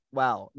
wow